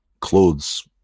clothes